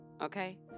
Okay